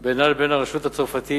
בינה לבין הרשות הצרפתית,